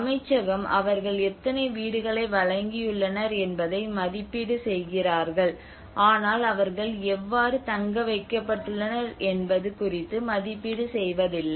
அமைச்சகம் அவர்கள் எத்தனை வீடுகளை வழங்கியுள்ளனர் என்பதை மதிப்பீடு செய்கிறார்கள் ஆனால் அவர்கள் எவ்வாறு தங்க வைக்கப்பட்டுள்ளனர் என்பது குறித்து மதிப்பீடு செய்வதில்லை